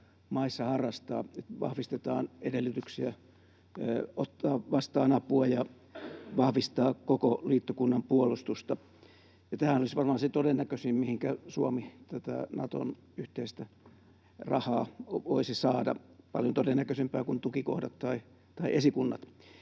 maissa harrastaa, joilla vahvistetaan edellytyksiä ottaa vastaan apua ja vahvistetaan koko liittokunnan puolustusta. Tämähän olisi varmaan se todennäköisin, mihinkä Suomi Naton yhteistä rahaa voisi saada, paljon todennäköisempää kuin tukikohdat tai esikunnat.